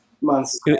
months